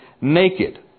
naked